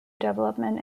development